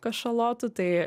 kašalotų tai